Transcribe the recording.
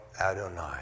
Adonai